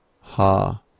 ha